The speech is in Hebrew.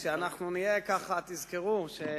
וחבר הכנסת.) שאנחנו נהיה ככה, תזכרו.